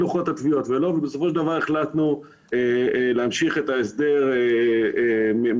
ובסופו של דבר החלטנו להמשיך את ההסדר מהמקום